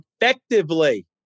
effectively